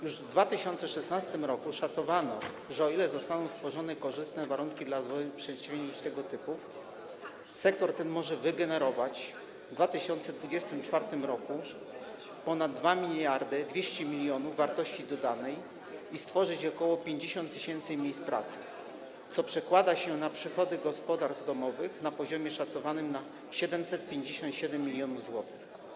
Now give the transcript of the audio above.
Już w 2016 r. szacowano, że jeżeli zostaną stworzone korzystne warunki do rozwoju przedsięwzięć tego typu, sektor ten może wygenerować w 2024 r. ponad 2200 mln wartości dodanej i stworzyć ok. 50 tys. miejsc pracy, co przekłada się na przychody gospodarstw domowych na poziomie szacowanym na 757 mln zł.